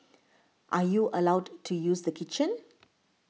are you allowed to use the kitchen